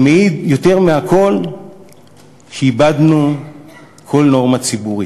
שמעיד יותר מכול שאיבדנו כל נורמה ציבורית.